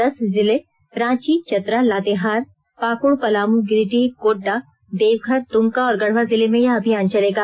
दस जिले रांची चतरा लातेहार पाकुड़ पलामू गिरिडीह गोड्डा देवघर दुमका और गढ़वा जिले में यह अभियान चलेगा